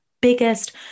biggest